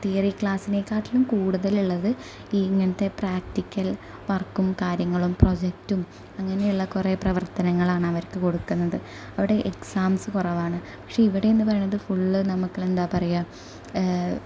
theory ക്ലാസ്സിനെകാട്ടിലും കൂടുതൽ ഉള്ളത് ഈ ഇങ്ങനത്തെ പ്രാക്ടിക്കൽ വർക്കും കാര്യങ്ങളും പ്രൊജക്റ്റും അങ്ങനെയുള്ള കുറേ പ്രവർത്തനങ്ങളാണ് അവർക്ക് കൊടുക്കുന്നത് അവിടെ എക്സാംസ് കുറവാണ് പക്ഷേ ഇവിടെ എന്ന് പറയുന്നത് ഫുൾ നമുക്ക് ഉള്ളത് എന്താണ് പറയുക